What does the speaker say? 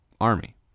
army